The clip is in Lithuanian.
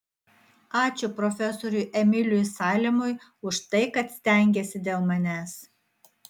ačiū profesoriui emiliui salimui už tai kad stengėsi dėl manęs